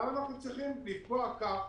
למה אנחנו צריכים לפגוע כך